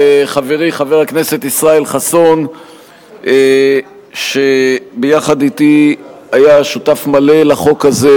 לחברי חבר הכנסת ישראל חסון שביחד אתי היה שותף מלא לחוק הזה,